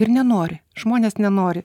ir nenori žmonės nenori